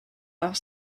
are